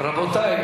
רבותי,